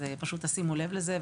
שימו לב לזה.